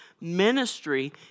Ministry